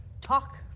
talk